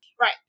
right